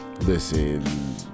Listen